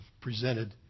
presented